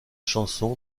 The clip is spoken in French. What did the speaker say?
chanson